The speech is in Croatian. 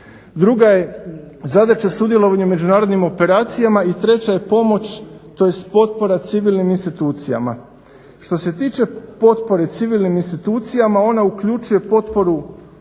Druga je zadaća sudjelovanje u međunarodnim operacijama i treća je pomoć tj. potpora civilnim institucijama. Što se tiče potpore civilnim institucijama ona uključuje potporu